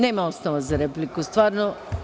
Nema osnova za repliku, stvarno.